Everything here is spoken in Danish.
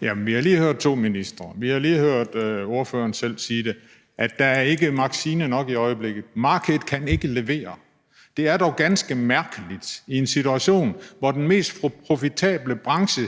vi har lige hørt to ministre og vi har lige hørt ordføreren selv sige det, altså at der ikke er vacciner nok i øjeblikket. Markedet kan ikke levere. Det er dog ganske mærkeligt i en situation, hvor den mest profitable branche